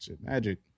Magic